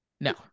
No